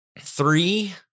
Three